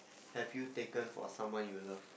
have you taken for someone you love